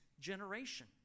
generation